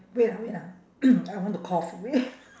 wait ah wait ah I want to cough wait